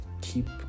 keep